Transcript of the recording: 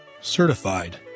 certified